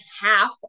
half